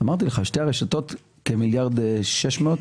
אמרתי לך, שתי הרשתות כ-1.600 מיליארד.